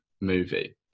movie